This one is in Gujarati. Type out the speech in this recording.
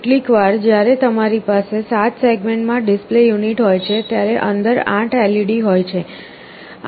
કેટલીક વાર જ્યારે તમારી પાસે 7 સેગમેન્ટમાં ડિસ્પ્લે યુનિટ હોય છે ત્યારે અંદર 8 LED હોય છે